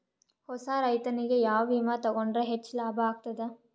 ಹೊಸಾ ರೈತನಿಗೆ ಯಾವ ವಿಮಾ ತೊಗೊಂಡರ ಹೆಚ್ಚು ಲಾಭ ಆಗತದ?